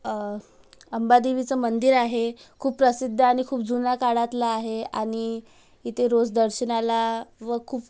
अंबादेवीचं मंदिर आहे खूप प्रसिद्ध आणि खूप जुन्या काळातलं आहे आणि इथे रोज दर्शनाला व खूप